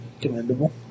Commendable